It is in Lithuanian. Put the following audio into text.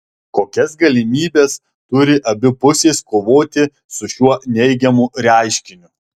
kokias galimybes turi abi pusės kovoti su šiuo neigiamu reiškiniu